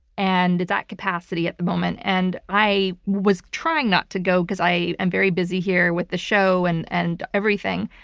and it's at capacity at the moment. and i was trying not to go, because i am very busy here with the show and and everything.